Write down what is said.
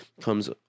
Comes